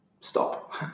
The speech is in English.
stop